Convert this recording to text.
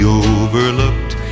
overlooked